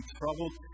troubled